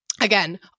Again